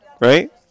Right